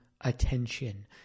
attention